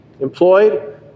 employed